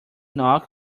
knock